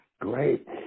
great